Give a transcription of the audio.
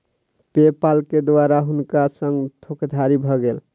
पे पाल के द्वारा हुनका संग धोखादड़ी भ गेल